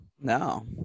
no